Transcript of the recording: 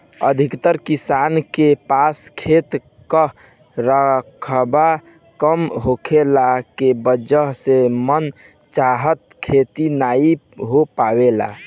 अधिकतर किसान के पास खेत कअ रकबा कम होखला के वजह से मन चाहा खेती नाइ हो पावेला